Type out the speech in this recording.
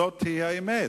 זאת האמת.